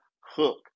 hook